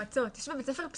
יש בבית ספר יותר מיועצות.